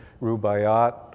Rubaiyat